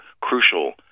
crucial